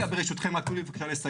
רגע ברשותכם, רק תנו לי בבקשה לסיים.